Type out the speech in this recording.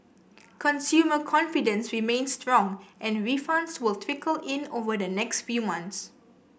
consumer confidence remains strong and refunds will trickle in over the next few months